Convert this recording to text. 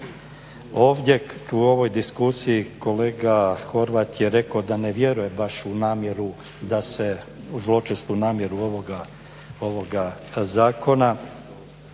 Ovdje u ovoj diskusiji kolega Horvat je rekao da ne vjeruje baš u namjeru da se, u zločestu namjeru ovoga zakona.